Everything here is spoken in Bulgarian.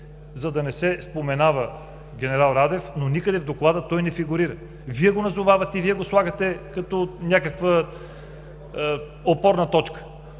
за да не се споменава генерал Радев, но никъде в Доклада той не фигурира. Вие го назовавате и го слагате като някаква опорна точка.